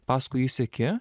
paskui jį seki